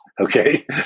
Okay